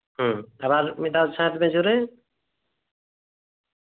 ᱦᱩᱸ ᱟᱨ ᱢᱤᱫ ᱫᱷᱟᱣ ᱥᱟᱸᱦᱮᱫ ᱢᱮ ᱡᱳᱨᱮ